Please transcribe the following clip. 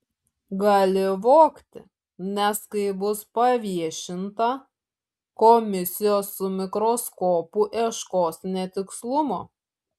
gali vogti nes kai bus paviešinta komisijos su mikroskopu ieškos netikslumo